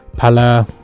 Pala